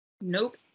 Nope